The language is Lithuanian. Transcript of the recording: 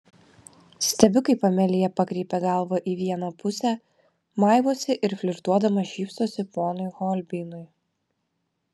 stebiu kaip amelija pakreipia galvą į vieną pusę maivosi ir flirtuodama šypsosi ponui holbeinui